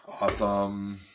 Awesome